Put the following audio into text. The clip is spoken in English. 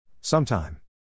Sometime